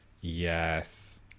Yes